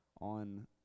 on